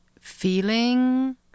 feeling